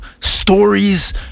stories